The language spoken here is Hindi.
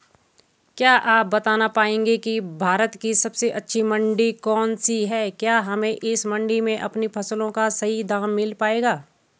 क्या आप बताना पाएंगे कि भारत की सबसे अच्छी मंडी कौन सी है क्या हमें इस मंडी में अपनी फसलों का सही दाम मिल पायेगा?